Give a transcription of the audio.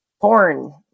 porn